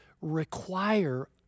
require